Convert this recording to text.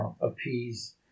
appease